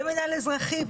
מנהל אזרחי,